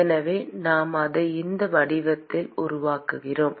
எனவே நாம் அதை இந்த வடிவத்தில் உருவாக்குகிறோம்